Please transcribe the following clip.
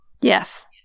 Yes